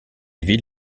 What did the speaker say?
ville